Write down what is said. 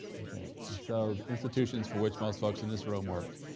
okay, and so the institutions for which most folks in this room work,